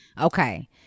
okay